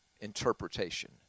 interpretation